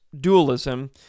dualism